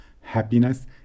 happiness